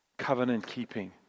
Covenant-keeping